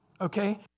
Okay